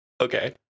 Okay